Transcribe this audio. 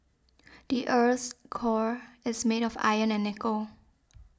the earth's core is made of iron and nickel